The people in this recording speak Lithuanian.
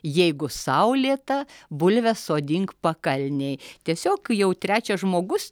jeigu saulėta bulves sodink pakalnėj tiesiog jau trečias žmogus